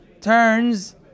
turns